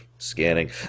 Scanning